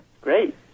Great